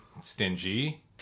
stingy